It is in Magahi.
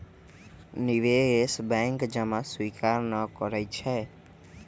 निवेश बैंक जमा स्वीकार न करइ छै